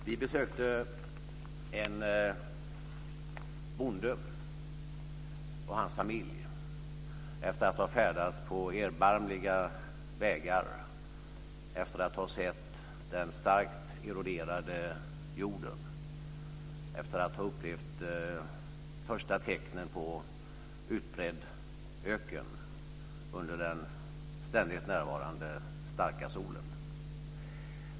Vi besökte en bonde och hans familj efter att ha färdats på erbarmliga vägar, efter att ha sett den starkt eroderade jorden, efter att ha upplevt de första tecknen på utbredd öken under den ständigt närvarande starka solen.